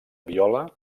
viola